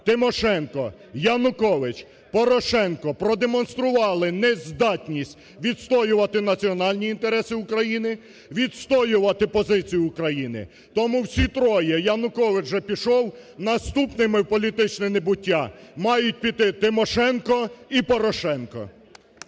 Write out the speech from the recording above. Тимошенко, Янукович, Порошенко – продемонстрували нездатність відстоювати національні інтереси України, відстоювати позицію України! Тому всі троє, Янукович вже пішов, наступними в політичне небуття мають піти Тимошенко і Порошенко.